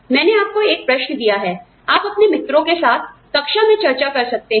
मैंने आपको एक प्रश्न दिया है आप अपने मित्रों के साथ कक्षा में चर्चा कर सकते हैं